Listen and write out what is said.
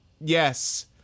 yes